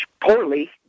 poorly